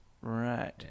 Right